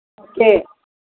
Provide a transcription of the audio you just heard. okay